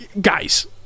guys